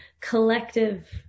collective